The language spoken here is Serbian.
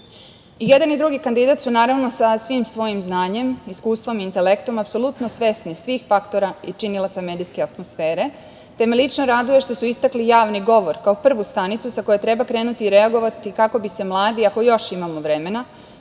i drugi kandidat su naravno sa svim svojim znanjem, iskustvom i intelektom apsolutno svesni svih faktora i činilaca medijske atmosfere, te me lično raduje što su istakli javni govor kao prvu stanicu sa koje treba krenuti i reagovati kako bi se mladi ako još imamo vremena